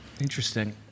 interesting